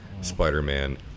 Spider-Man